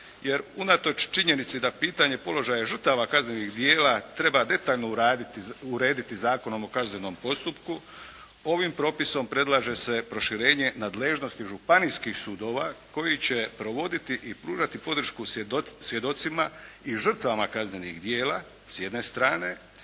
jer unatoč činjenici da pitanje položaja žrtava kaznenih djela treba detaljno urediti Zakonom o kaznenom postupku, ovim propisom predlaže se proširenje nadležnosti županijskih sudova koji će provoditi i pružati podršku svjedocima i žrtvama kaznenih djela, s jedne strane,